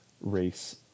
race